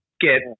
get